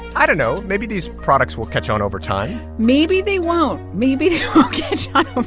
i don't know. maybe these products will catch on over time maybe they won't. maybe they won't catch on